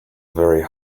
very